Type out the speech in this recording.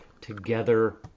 together